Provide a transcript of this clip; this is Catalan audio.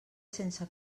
sense